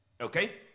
Okay